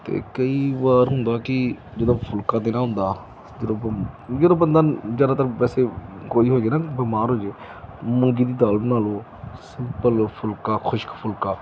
ਅਤੇ ਕਈ ਵਾਰ ਹੁੰਦਾ ਕਿ ਜਦੋਂ ਫੁਲਕਾ ਦੇਣਾ ਹੁੰਦਾ ਜਦੋਂ ਬੰ ਜਦੋਂ ਬੰਦਾ ਜ਼ਿਆਦਾਤਰ ਵੈਸੇ ਕੋਈ ਹੋ ਜਾਵੇ ਨਾ ਬਿਮਾਰ ਹੋ ਜਾਵੇ ਮੂੰਗੀ ਦੀ ਦਾਲ ਬਣਾ ਲਓ ਸਿੰਪਲ ਫੁਲਕਾ ਖੁਸ਼ਕ ਫੁਲਕਾ